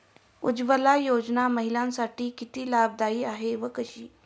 उज्ज्वला योजना महिलांसाठी किती लाभदायी आहे व कशी?